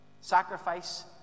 Sacrifice